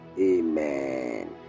Amen